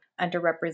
underrepresented